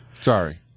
Sorry